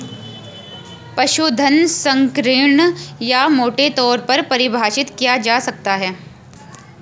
पशुधन संकीर्ण या मोटे तौर पर परिभाषित किया जा सकता है